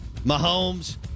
Mahomes